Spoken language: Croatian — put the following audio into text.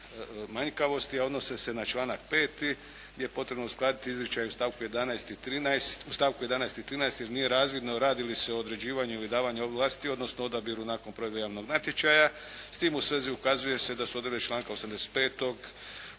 manjkavosti, a odnose se na članak 5. gdje je potrebno uskladiti izričaj u stavku 11. i 13., jer nije razvidno radi li se o određivanju ili davanju ovlasti, odnosno odabiru nakon provedbe javnog natječaja. S tim u svezi ukazuje se da su odredbe članka 85.